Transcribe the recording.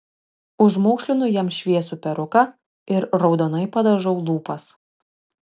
užmaukšlinu jam šviesų peruką ir raudonai padažau lūpas